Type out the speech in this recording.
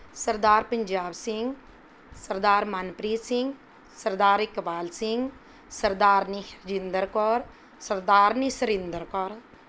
Sardar Punjab Singh Sardar Manpreet Singh Sardar Iqbal Singh Sardarni Harjinder Kaur Sardarni Surinder Kaur